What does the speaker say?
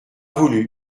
voulu